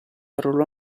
arruolò